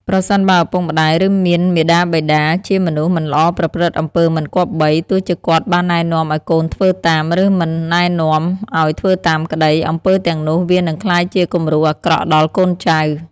ប្រសិនបើឱពុកម្ដាយ ឬមានមាតាបិតា ជាមនុស្សមិនល្អប្រព្រឹត្តអំពើមិនគប្បី ទោះជាគាត់បាននែនាំអោយកូនធ្វើតាម ឬមិននែនាំអោយធ្វើតាមក្តី អំពើទាំងនោះវានិងក្លាយជាគំរូអាក្រក់ដល់កូនចៅ។